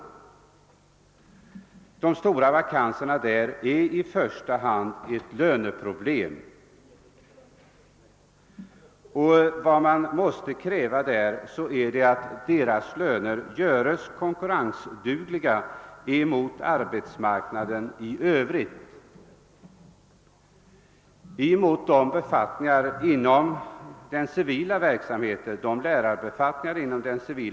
De många vakanserna är i första hand ett löneproblem. Vad man måste kräva är, att lönerna på detta område görs konkurrenskraftiga i förhållande till arbetsmarknaden i övrigt, alltså de lärarbefattningar inom den civila verksamheten som motsvarar lärarbefattningarna inom försvaret.